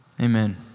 Amen